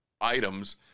items